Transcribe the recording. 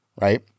right